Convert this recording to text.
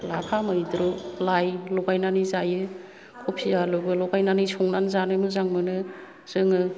लाफा मैद्रु लाइ लगायनानै जायो खफि आलुबो लगायनानै संनान जानो मोजां मोनो जोङो